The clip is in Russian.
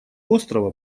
острова